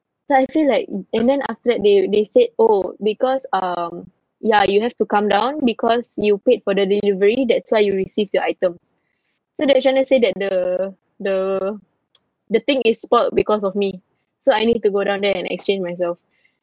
then I feel like and then after that they they said oh because um ya you have to come down because you paid for the delivery that's why you received the items so they're trying to say that the the the thing is spoilt because of me so I need to go down there and exchange myself